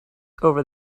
over